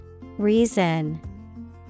Reason